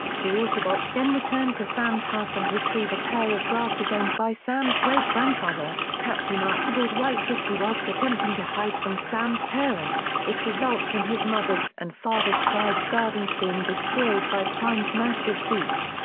the autobots then return to sam's house and retrieve a pair of glasses owned by sam's great-grandfather, captain archibald witwicky whilst attempting to hide from sam's parents, which results in his mother's and father's prized gardens being destroyed by prime's massive feet.